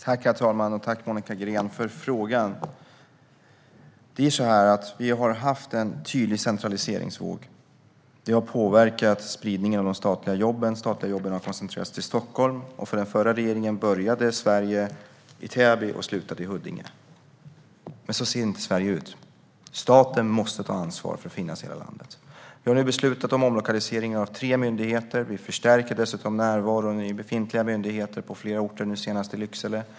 Herr talman! Tack, Monica Green, för frågan! Vi har haft en tydlig centraliseringsvåg. Det har påverkat spridningen av de statliga jobben. De statliga jobben har koncentrerats till Stockholm. För den förra regeringen började Sverige i Täby och slutade i Huddinge. Men så ser inte Sverige ut. Staten måste ta ansvar för att finnas i hela landet. Vi har nu beslutat om omlokalisering av tre myndigheter. Vi förstärker dessutom närvaron i befintliga myndigheter på flera orter, nu senast i Lycksele.